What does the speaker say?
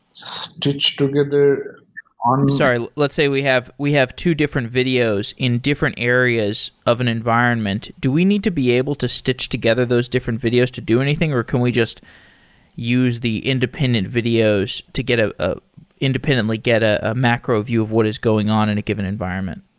stitch together on i'm sorry, let's say we have we have two different videos in different areas of an environment. do we need to be able to stitch together those different videos to do anything, or can we just use the independent videos to get ah a independently get a macro view of what is going on in a given environment?